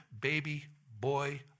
baby-boy